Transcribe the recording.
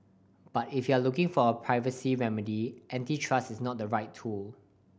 but if you're looking for a privacy remedy antitrust is not the right tool